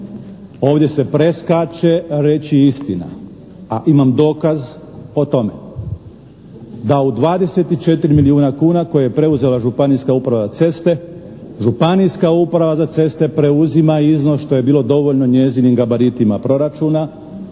Ovdje se preskače reći istina, a imam dokaz o tome. Da u 24 milijuna kuna koje je preuzela Županijska uprava za ceste, Županijska uprava za ceste preuzima iznos što je bilo dovoljno njezinim gabaritima proračuna